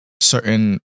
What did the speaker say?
certain